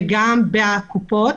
וגם בקופות.